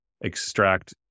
extract